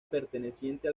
perteneciente